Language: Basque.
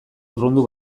urrundu